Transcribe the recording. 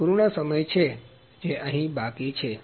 તે પૂર્ણ સમય છે જે અહી બાકી છે